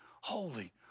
holy